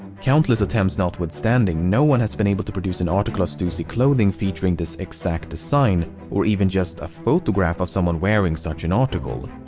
countless attempts notwithstanding, no one has been able to produce an article of stussy clothing featuring this exact design or even just a photograph of someone wearing such an article.